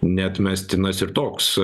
neatmestinas ir toks